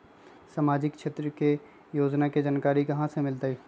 सामाजिक क्षेत्र के योजना के जानकारी कहाँ से मिलतै?